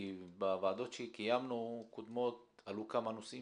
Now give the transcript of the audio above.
כי בוועדות הקודמות שקיימנו עלו כמה נושאים